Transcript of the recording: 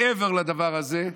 מעבר לדבר הזה,